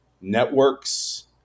networks